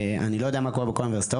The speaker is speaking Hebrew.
אני לא יודע מה קורה בכל האוניברסיטאות,